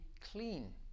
clean